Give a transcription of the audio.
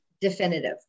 definitive